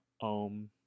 om